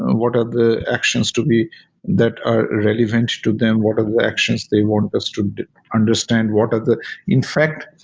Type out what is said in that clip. ah what are the actions to be that are relevant to them, what are the actions they want us to understand, what are the in fact,